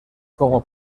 como